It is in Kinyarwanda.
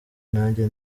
nanjye